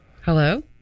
Hello